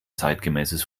zeitgemäßes